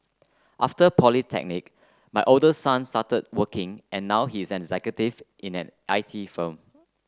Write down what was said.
after polytechnic my oldest son started working and now he's an executive in an I T firm